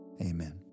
Amen